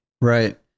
Right